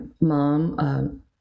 mom